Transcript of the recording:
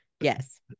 Yes